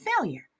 failure